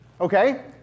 Okay